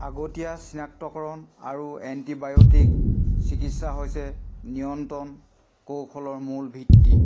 আগতীয়া চিনাক্তকৰণ আৰু এণ্টিবায়'টিক চিকিৎসা হৈছে নিয়ন্ত্ৰণ কৌশলৰ মূল ভিত্তি